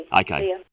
Okay